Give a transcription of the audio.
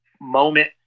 moment